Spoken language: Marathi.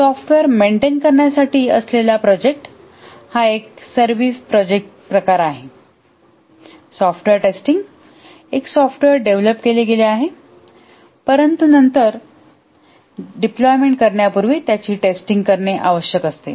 सॉफ्टवेअर मेंटेन करण्यासाठी असलेला प्रोजेक्ट हा एक सर्व्हिस प्रोजेक्टचा प्रकार आहे सॉफ्टवेअर टेस्टिंग एक सॉफ्टवेअर डेव्हलप केले गेले आहे परंतु नंतर डिप्लॉयमेंट करण्यापूर्वी त्याची टेस्टिंग करणे आवश्यक आहे